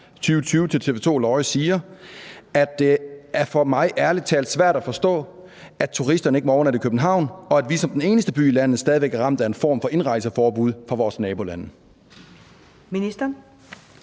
2020 til TV 2 Lorry siger, at »Det er for mig ærlig talt svært at forstå, at turisterne ikke må overnatte i København, og at vi som den eneste by i landet stadig er ramt af en form for indrejseforbud fra vores nabolande«? Skriftlig